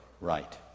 right